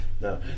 No